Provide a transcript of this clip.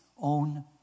own